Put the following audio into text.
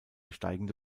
steigende